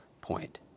point